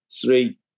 three